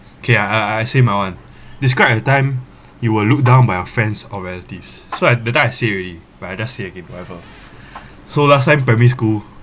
K~ I I say my one describe a time you were look down by your friends or relatives so at that time I say already but I just say again whatever so last time primary school